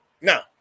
Now